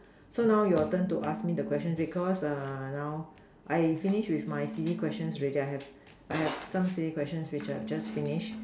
so now your turn to ask me the question because err now I finish with my silly questions already I have I have some silly question which I have just finished